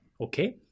Okay